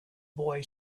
boy